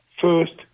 first